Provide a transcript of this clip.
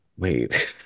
wait